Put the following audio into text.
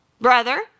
brother